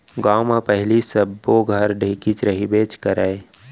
गॉंव म पहिली सब्बो घर ढेंकी रहिबेच करय